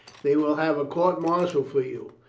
they will have a court martial for you.